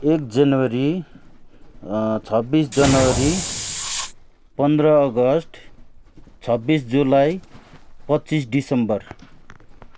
एक जनवरी छब्बिस जनवरी पन्ध्र अगस्ट छब्बिस जुलाई पच्चिस डिसेम्बर